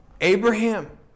Abraham